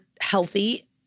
healthy